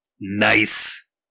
Nice